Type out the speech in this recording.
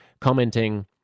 commenting